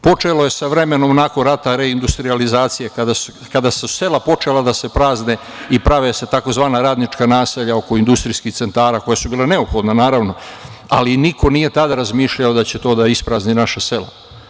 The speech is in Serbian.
Počelo je sa vremenom nakon rata reindustrijalizacije, kada su sela počela da se prazne i prave se tzv. radnička naselja oko industrijskih centara, koja su bile neophodna, naravno, ali niko nije tada razmišljao da će to da isprazni naša sela.